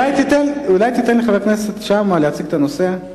אולי תיתן לחבר הכנסת שאמה להציג את הנושא,